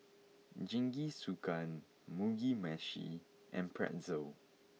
Jingisukan Mugi meshi and Pretzel